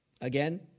Again